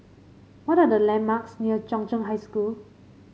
what are the landmarks near Chung Cheng High School